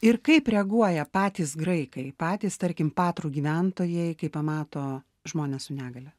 ir kaip reaguoja patys graikai patys tarkim patrų gyventojai kai pamato žmones su negalia